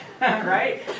right